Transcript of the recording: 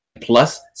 plus